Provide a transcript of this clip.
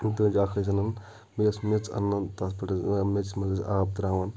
دٔج اَکھ ٲسۍ اَنان بیٚیہِ ٲسۍ میٚژ اَنان تَتھ پٮ۪ٹھ ٲسۍ میٚؠژِ منٛز ٲسۍ آب تراوان